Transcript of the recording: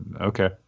okay